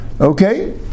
Okay